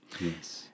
Yes